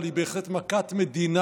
אבל היא בהחלט מכת מדינה.